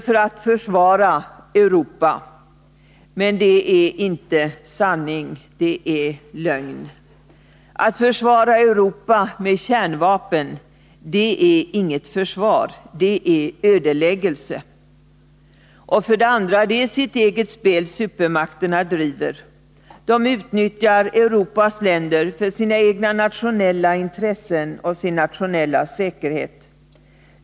För att försvara Europa, heter det. Men det är inte sanning, det är lögn. Att försvara Europa med kärnvapen är inget försvar, det är ödeläggelse. Det är sitt eget spel supermakterna driver. De utnyttjar Europas länder för sina egna nationella intressen och sin nationella säkerhet.